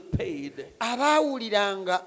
paid